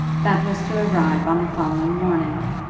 that was to arrive on the following morning.